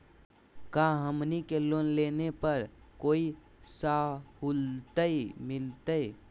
का हमनी के लोन लेने पर कोई साहुलियत मिलतइ?